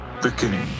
beginning